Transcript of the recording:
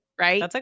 Right